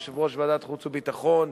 יושב-ראש ועדת החוץ והביטחון,